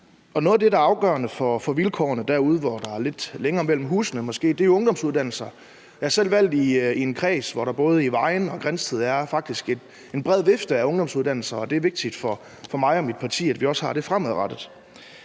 Noget af det, der er afgørende for vilkårene derude, hvor der er lidt længere mellem husene, er ungdomsuddannelser. Jeg er selv valgt i en kreds, hvor der både i Vejen og Grindsted faktisk er en bred vifte af ungdomsuddannelser, og det er vigtigt for mig og mit parti, at vi også har det fremadrettet.